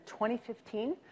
2015